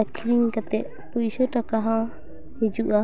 ᱟᱹᱠᱷᱨᱤᱧ ᱠᱟᱛᱮᱫ ᱯᱚᱭᱥᱟ ᱴᱟᱠᱟ ᱦᱚᱸ ᱦᱤᱡᱩᱜᱼᱟ